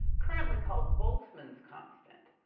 currently called boltzmann's constant.